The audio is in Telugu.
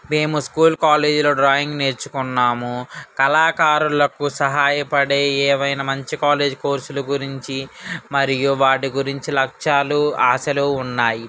మేము స్కూల్ కాలేజీలో డ్రాయింగ్ నేర్చుకున్నాము కళాకారులకు సహాయపడే ఏవైనా మంచి కాలేజీ కోర్సుల గురించి మరియు వాటి గురించి లక్ష్యాలు ఆశలు ఉన్నాయి